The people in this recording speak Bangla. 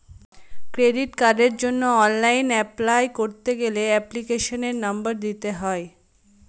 ক্রেডিট কার্ডের জন্য অনলাইন অ্যাপলাই করতে গেলে এপ্লিকেশনের নম্বর দিতে হয়